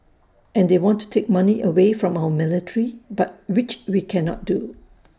and they want to take money away from our military but which we cannot do